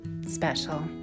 special